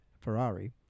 Ferrari